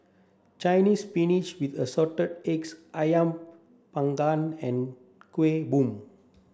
Chinese spinach with assorted eggs Ayam panggang and Kueh Bom